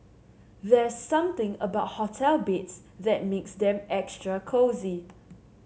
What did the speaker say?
there's something about hotel beds that makes them extra cosy